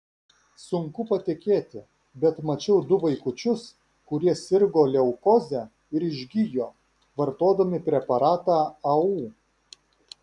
sunku patikėti bet mačiau du vaikučius kurie sirgo leukoze ir išgijo vartodami preparatą au